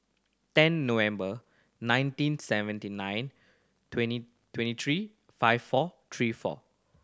ten November nineteen seventy nine twenty twenty three five four three four